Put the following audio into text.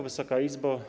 Wysoka Izbo!